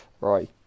Right